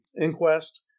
inquest